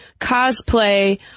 cosplay